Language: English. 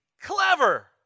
clever